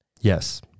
Yes